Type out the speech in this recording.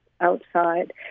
outside